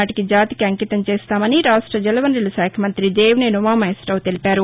నాటికి జాతికి అంకితం చేస్తామని రాష్ట జల వనరుల శాఖమంగ్రతి దేవినేని ఉమా మహేశ్వరరావు తెలిపారు